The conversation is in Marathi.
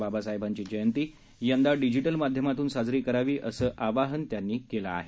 बाबासाहेबांची जयंती यंदा डिजिटल माध्यमातून साजरी करावी असं आवाहन त्यांनी केलं आहे